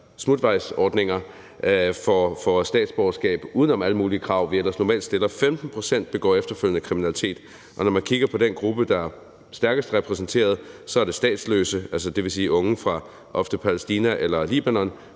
smutvejsordninger har fået statsborgerskab uden om alle mulige krav, vi ellers normalt stiller, der efterfølgende begår kriminalitet. Og når man kigger på den gruppe, der er stærkest repræsenteret, så er det statsløse, dvs. unge ofte fra Palæstina eller Libanon,